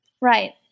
Right